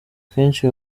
kenshi